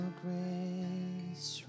grace